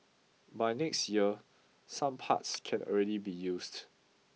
by next year some parts can already be used